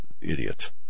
idiot